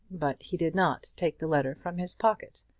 but he did not take the letter from his pocket.